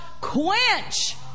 Quench